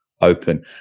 open